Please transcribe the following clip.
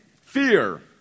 fear